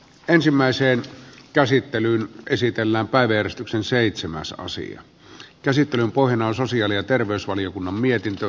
ensimmäiseen käsittelyyn esitellään päivystyksen seitsemässä asian käsittelyn pohjana on sosiaali ja terveysvaliokunnan mietintö